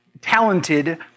talented